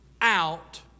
out